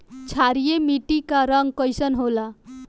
क्षारीय मीट्टी क रंग कइसन होला?